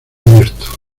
abierto